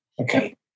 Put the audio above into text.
Okay